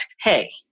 hey